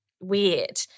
weird